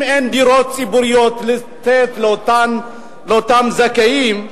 אם אין דירות ציבוריות לתת לאותן זכאים,